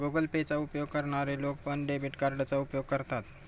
Google Pay चा उपयोग करणारे लोक पण, डेबिट कार्डचा उपयोग करतात